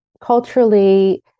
culturally